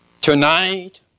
Tonight